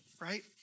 right